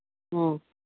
ꯎꯝ